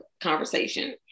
conversation